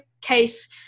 case